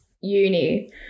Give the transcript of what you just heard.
uni